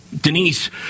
Denise